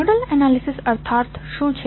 nodal analysis અર્થાત શું છે